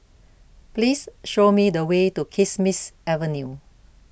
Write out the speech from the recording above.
Please Show Me The Way to Kismis Avenue